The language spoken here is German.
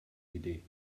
idee